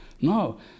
no